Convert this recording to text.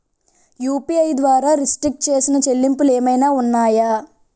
UPI ద్వారా restrict చేసిన చెల్లింపులు ఏమైనా ఉన్నాయా?